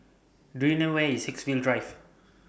Do YOU know Where IS Haigsville Drive